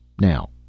Now